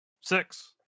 Six